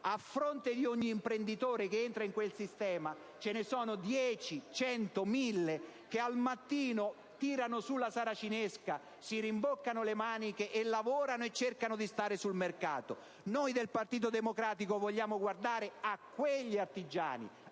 a fronte di ogni imprenditore che entra in quel sistema ce ne sono 10, 100, 1.000 che al mattino tirano su la saracinesca, si rimboccano le maniche e lavorano e cercano di stare sul mercato. Noi del Partito Democratico vogliamo guardare a quegli artigiani,